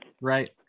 Right